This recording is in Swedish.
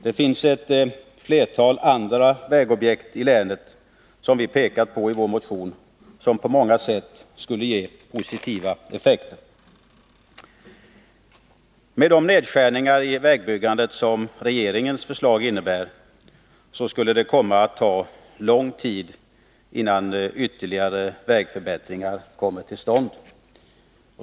Det finns ett flertal andra vägobjekt i länet, som vi pekar på i vår motion och som på många sätt skulle ge positiva effekter. Med de nedskärningar i vägbyggandet som regeringens förslag innebär skulle det komma att ta lång tid innan ytterligare vägförbättringar kommer till stånd.